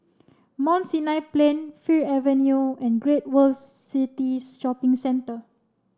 Mount Sinai Plain Fir Avenue and Great World City Shopping Centre